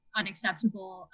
unacceptable